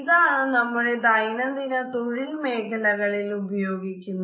ഇതാണ് നമ്മുടെ ദൈനംദിന തൊഴിൽ മേഖലകളിൽ ഉപയോഗിക്കുന്നത്